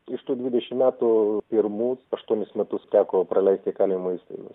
iš tų dvidešimt metų pirmus aštuonis metus teko praleisti įkalinimo įstaigoj